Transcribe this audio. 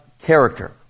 character